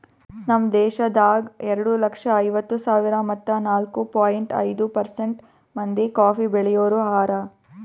ನಮ್ ದೇಶದಾಗ್ ಎರಡು ಲಕ್ಷ ಐವತ್ತು ಸಾವಿರ ಮತ್ತ ನಾಲ್ಕು ಪಾಯಿಂಟ್ ಐದು ಪರ್ಸೆಂಟ್ ಮಂದಿ ಕಾಫಿ ಬೆಳಿಯೋರು ಹಾರ